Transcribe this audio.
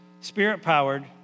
spirit-powered